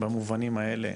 במובנים האלה,